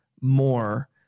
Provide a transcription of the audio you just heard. more